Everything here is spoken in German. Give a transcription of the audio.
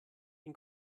ein